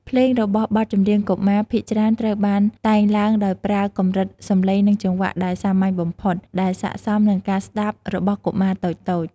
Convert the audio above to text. ភ្លេងរបស់បទចម្រៀងកុមារភាគច្រើនត្រូវបានតែងឡើងដោយប្រើកម្រិតសំឡេង និងចង្វាក់ដែលសាមញ្ញបំផុត ដែលស័ក្តិសមនឹងការស្តាប់របស់កុមារតូចៗ។